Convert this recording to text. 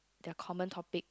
their common topic